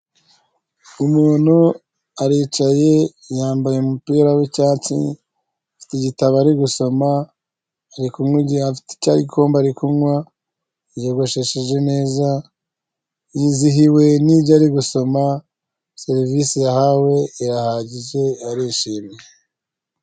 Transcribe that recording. Umuntu aricaye yambaye umupira w'icyatsi afite igitabo ari gusoma ariku icyagombambe ari kunywa yigoshesheje neza yizihiwe nijya ari gusoma serivisi yahawe irahagije arishimye.